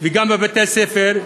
גם בבתי-הספר.